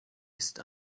ist